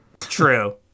True